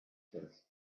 chest